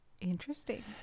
Interesting